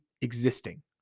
existing